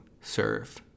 serve